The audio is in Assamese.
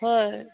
হয়